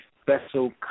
special